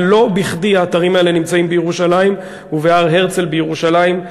ולא בכדי האתרים האלה נמצאים בירושלים ובהר-הרצל בירושלים,